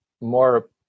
more